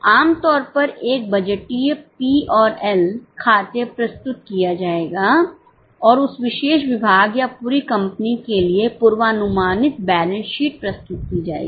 आम तौर पर एक बजटीय पी और एल प्रस्तुत की जाएगी